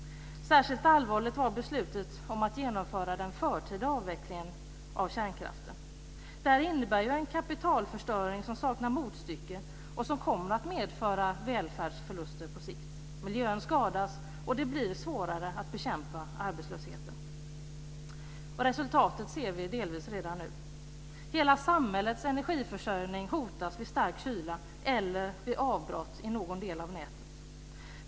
Särskilt allvarligt var beslutet att genomföra den förtida avvecklingen av kärnkraften. Det innebär en kapitalförstöring som saknar motstycke och som kommer att medföra välfärdsförluster på sikt. Miljön skadas och det blir svårare att bekämpa arbetslösheten. Resultatet ser vi delvis redan nu. Hela samhällets energiförsörjning hotas vid stark kyla eller vid avbrott i någon del av nätet.